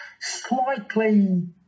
slightly